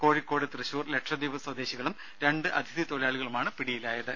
കോഴിക്കോട് തൃശൂർ ലക്ഷദ്വീപ് സ്വദേശികളും രണ്ട് അതിഥി തൊഴിലാളികളുമാണ് പിടിയിലായത്